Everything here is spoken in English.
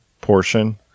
portion